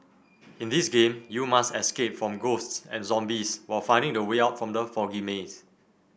in this game you must escape from ghosts and zombies while finding the way out from the foggy maze